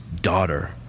daughter